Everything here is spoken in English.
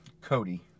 Cody